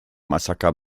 massaker